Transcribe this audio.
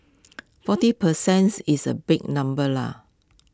forty per cents is A big number leh